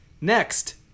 Next